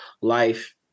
life